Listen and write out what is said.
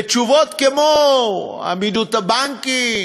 תשובות כמו עמידות הבנקים,